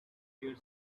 here